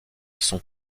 sont